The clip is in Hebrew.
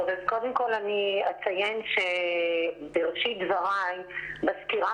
קודם כול אציין שבראשית דבריי בסקירה